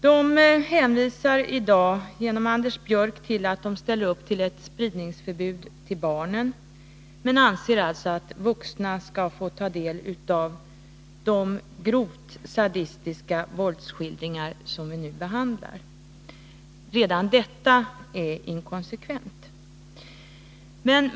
De hänvisar i dag genom Anders Björck till att de ställer upp bakom ett förbud mot spridning till barn men anser att vuxna skall få ta del av de grovt sadistiska våldsskildringar som vi nu behandlar. Redan detta är inkonsekvent.